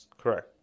Correct